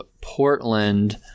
Portland